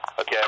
okay